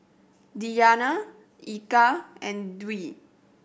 Diyana Eka and Dwi